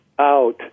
out